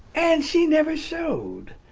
and she never showed.